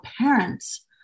parents